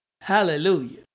Hallelujah